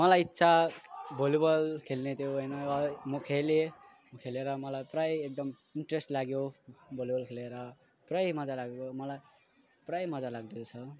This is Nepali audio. मलाई इच्छा भली बल खेल्ने थियो होइन म खेलेँ खेलेर मलाई प्रायः एकदम इन्ट्रेस्ट लाग्यो भली बल खेलेर प्रायः मजा लाग्यो मलाई प्रायः मजा लाग्दो रहेछ